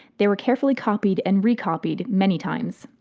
they were carefully copied and recopied many times.